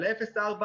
אבל אפס עד ארבעה,